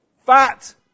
fat